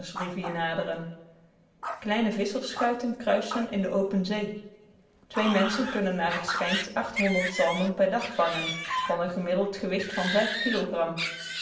frasersrivier naderen kleine visschersschuiten kruisen in de open zee twee menschen kunnen naar het schijnt zalmen per dag vangen van een gemiddeld gewicht van kilogram